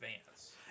advance